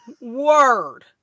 word